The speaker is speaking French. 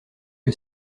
que